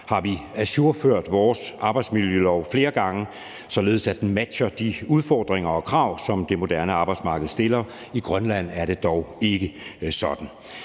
har vi ajourført vores arbejdsmiljølov flere gange, således at den matcher de udfordringer og krav, som det moderne arbejdsmarked stiller. I Grønland er det dog ikke sådan.